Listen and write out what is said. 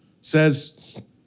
says